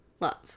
love